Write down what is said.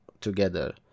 together